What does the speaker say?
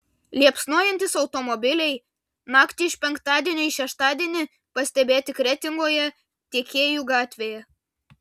liepsnojantys automobiliai naktį iš penktadienio į šeštadienį pastebėti kretingoje tiekėjų gatvėje